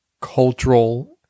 cultural